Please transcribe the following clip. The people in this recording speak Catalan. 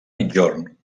migjorn